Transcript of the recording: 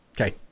Okay